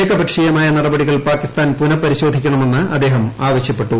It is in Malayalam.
ഏകപക്ഷീയമായ നടപടികൾ പാകിസ്ഥാൻ പുനപരിശോധിക്കണമെന്ന് അദ്ദേഹം ആവശ്യപ്പെട്ടു